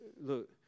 look